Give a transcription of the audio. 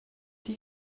die